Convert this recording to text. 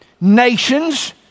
nations